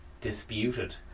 Disputed